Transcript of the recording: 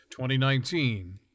2019